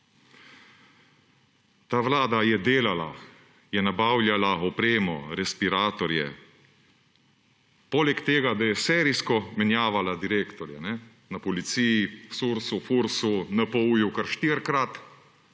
Ta vlada je delala, je nabavljala opremo, respiratorje, poleg tega, da je serijsko menjavala direktorje na policiji, Sursu, Fursu, NPU-ju kar štirikrat,